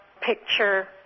picture